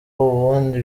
ubundi